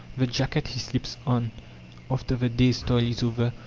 the jacket he slips on after the day's toil is over,